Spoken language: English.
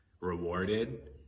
rewarded